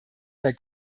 der